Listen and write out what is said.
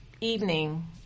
evening